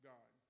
God